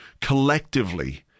collectively